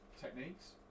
techniques